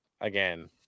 again